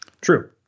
True